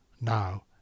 Now